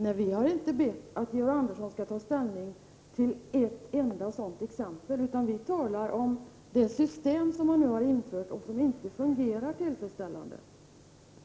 Nej, vi har inte bett Georg Andersson att ta ställning till ett enda sådant exempel, utan vi talar om det system som nu har införts och som inte fungerar tillfredsställande.